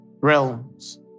realms